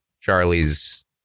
Charlie's